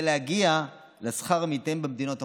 להגיע לשכר עמיתיהם במדינות המפותחות.